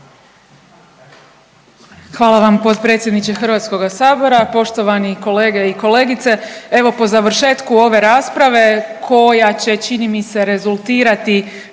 Hvala vam potpredsjedniče Hrvatskoga sabora, poštovani kolege i kolegice. Evo po završetku ove rasprave koja će čini mi se rezultirati